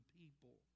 people